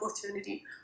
opportunity